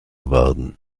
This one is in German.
werden